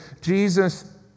Jesus